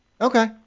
Okay